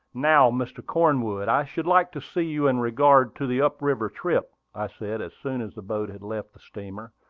now, mr. cornwood, i should like to see you in regard to the up-river trip, i said, as soon as the boat had left the steamer.